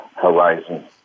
horizon